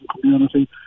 community